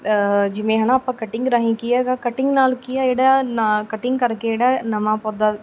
ਜਿਵੇਂ ਹੈ ਨਾ ਆਪਾਂ ਕਟਿੰਗ ਰਾਹੀਂ ਕੀ ਹੈਗਾ ਕਟਿੰਗ ਨਾਲ ਕੀ ਆ ਜਿਹੜਾ ਨਾ ਕਟਿੰਗ ਕਰਕੇ ਜਿਹੜਾ ਨਵਾਂ ਪੌਦਾ